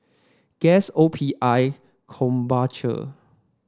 Guess O P I Krombacher